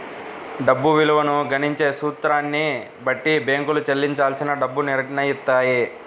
డబ్బు విలువను గణించే సూత్రాన్ని బట్టి బ్యేంకులు చెల్లించాల్సిన డబ్బుని నిర్నయిత్తాయి